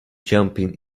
jumping